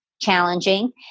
challenging